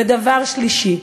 ודבר שלישי: